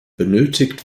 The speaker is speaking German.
benötigt